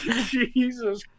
Jesus